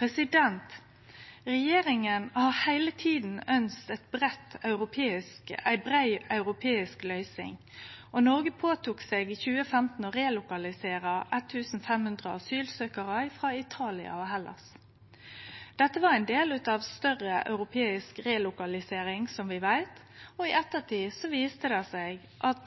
Regjeringa har heile tida ønskt ei brei europeisk løysing, og Noreg tok i 2015 på seg å relokalisere 1 500 asylsøkjarar frå Italia og Hellas. Dette var, som vi veit, ein del av ei større europeisk relokalisering, og i ettertid viste det seg at